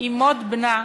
עם מות בנה,